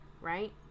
right